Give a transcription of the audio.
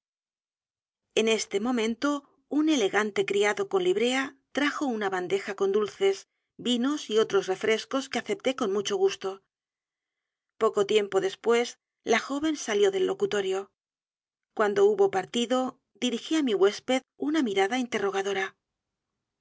en este momento un elegante criado con librea trajo una bandeja con dulces vinos y otros refrescos que acepté con mucho gusto poco tiempo después la joven salió del locutorio cuando hubo partido dirigí á mi huésped una mirada interrogadora no